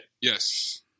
yes